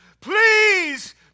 Please